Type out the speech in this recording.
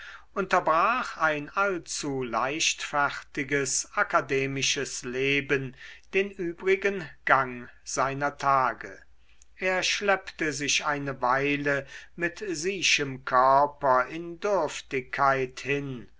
unterbrach ein allzu leichtfertiges akademisches leben den übrigen gang seiner tage er schleppte sich eine weile mit siechem körper in dürftigkeit hin